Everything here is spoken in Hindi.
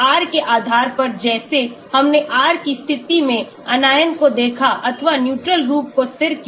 तो R के आधार पर जैसे हमने R की स्थिति में Anion को देखा अथवा न्यूट्रल रूप को स्थिर किया